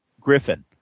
Griffin